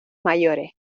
mayores